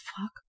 fuck